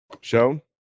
Show